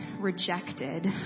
rejected